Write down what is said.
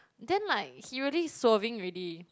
then like he really swerving ready